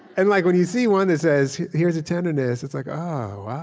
and like when you see one that says, here's a tenderness, it's like, oh, wow.